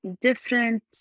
different